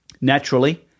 Naturally